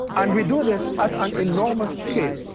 and we do this at an enormous scale.